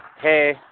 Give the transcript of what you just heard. hey